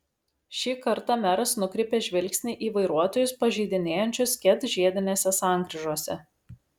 šį kartą meras nukreipė žvilgsnį į vairuotojus pažeidinėjančius ket žiedinėse sankryžose